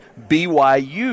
BYU